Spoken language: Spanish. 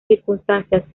circunstancias